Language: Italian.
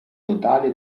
totale